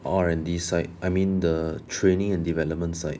R&D side I mean the training and development side